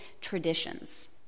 traditions